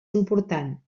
important